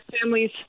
families